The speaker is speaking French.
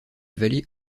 vallée